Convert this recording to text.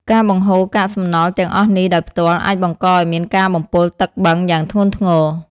ការបង្ហូរកាកសំណល់ទាំងអស់នេះដោយផ្ទាល់ អាចបង្កឱ្យមានការបំពុលទឹកបឹងយ៉ាងធ្ងន់ធ្ងរ។